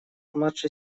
младшей